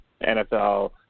NFL